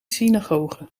synagoge